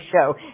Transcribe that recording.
show